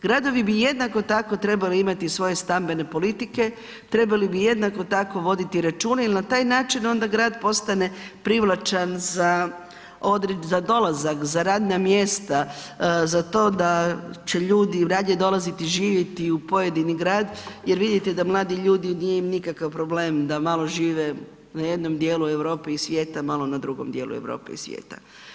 Gradovi bi jednako tako trebali imati i svoje stambene politike, trebali bi jednako tako voditi računa jer na taj način onda grad postane privlačen za dolazak, za radna mjesta, za to da će ljudi radije dolaziti živjeti u pojedini grad jer vidite da mladi ljudi nije im nikakav problem da malo žive na jednom djelu Europe i svijeta, malo na drugom dijelu Europe i svijeta.